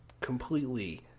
completely